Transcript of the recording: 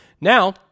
Now